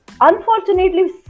unfortunately